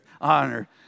honor